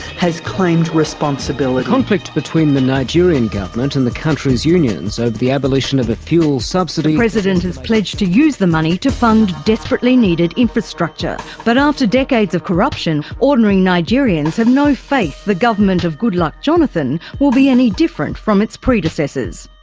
has claimed responsibility. conflict between the nigerian government and the country's unions, over the abolition of the fuel subsidy. the president has pledged to use the money to fund desperately needed infrastructure. but after decades of corruption. ordinary nigerians have no faith the government of goodluck jonathan will be any different from its predecessors.